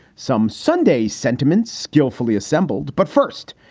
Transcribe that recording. some sunday sentiments skillfully assembled. but first,